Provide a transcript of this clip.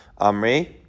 Amri